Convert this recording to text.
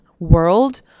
world